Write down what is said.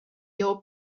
your